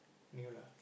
new lah